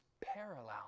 parallel